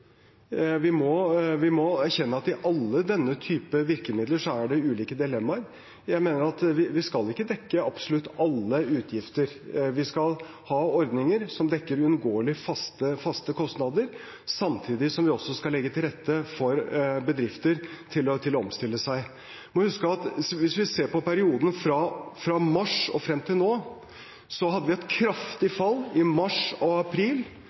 Vi må erkjenne at i alle disse typer virkemidler er det ulike dilemmaer. Jeg mener at vi ikke skal dekke absolutt alle utgifter, vi skal ha ordninger som dekker uunngåelige faste kostnader, samtidig som vi også skal legge til rette for bedrifter til å omstille seg. Hvis vi ser på perioden fra mars og frem til nå, hadde vi et kraftig fall i mars og april,